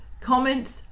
comments